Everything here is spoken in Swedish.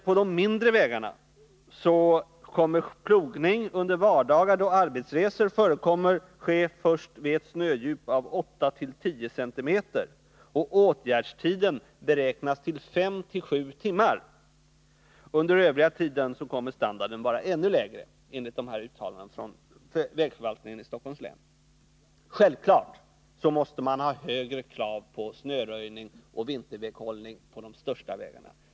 På de mindre vägarna däremot kommer plogning under vardagar då arbetsresor förekommer att ske först vid ett snödjup av 8-10 cm, och åtgärdstiden beräknas till 5-7 timmar. Under övriga tider kommer standarden att vara ännu sämre enligt dessa uttalanden från vägförvaltningen i Stockholms län. Självfallet måste man ha högre krav på snöröjning och vinterväghållning på de största vägarna.